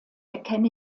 erkenne